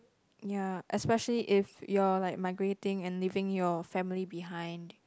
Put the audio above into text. ya especially if you are like migrating and leaving your family behind